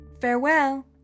Farewell